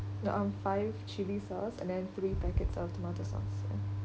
um five chilli sauce and then three packets of tomato sauce ya